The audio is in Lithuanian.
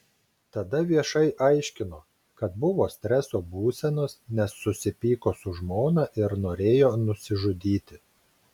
tada viešai aiškino kad buvo streso būsenos nes susipyko su žmona ir norėjo nusižudyti